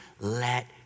Let